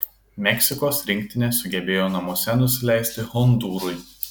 meksikos rinktinė sugebėjo namuose nusileisti hondūrui